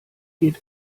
geht